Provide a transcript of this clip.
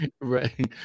Right